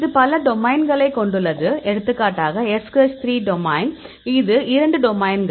இது பல டொமைன்களைக் கொண்டுள்ளது எடுத்துக்காட்டாக SH3 டொமைன் இது 2 டொமைன்கள்